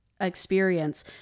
experience